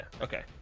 okay